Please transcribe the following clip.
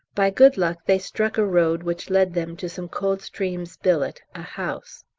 by good luck they struck a road which led them to some coldstreams' billet, a house.